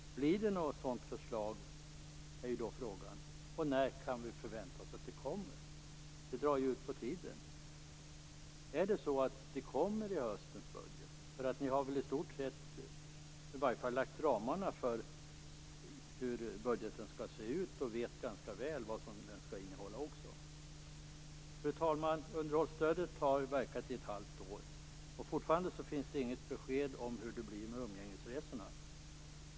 Blir det något sådant förslag? När kan vi förvänta oss att det kommer? Det drar ju ut på tiden. Kommer det i höstens budget? Ni har väl i stort sett lagt ramarna för hur budgeten skall se ut och vet ganska väl vad den skall innehålla också. Fru talman! Underhållsstödet har verkat i ett halvt år. Fortfarande finns det inget besked om hur det blir med umgängesresorna.